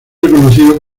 reconocido